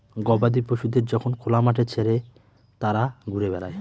গবাদি পশুদের যখন খোলা মাঠে ছেড়ে তারা ঘুরে বেড়ায়